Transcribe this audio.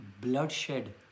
bloodshed